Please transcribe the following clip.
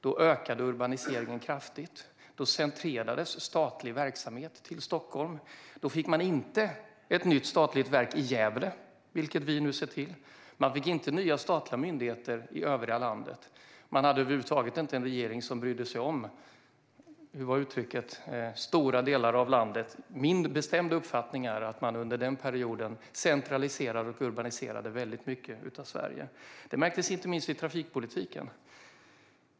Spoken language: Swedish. Då ökade urbaniseringen kraftigt, då centrerades statlig verksamhet till Stockholm, då fick man inte ett nytt statligt verk i Gävle, vilket vi nu har sett till, och man fick inte nya statliga myndigheter i övriga landet. Man hade över huvud taget inte en regering som brydde sig om - hur löd uttrycket? - stora delar av landet. Min bestämda uppfattning är att man under den perioden centraliserade och urbaniserade väldigt mycket av Sverige. Detta märktes inte minst i trafikpolitiken.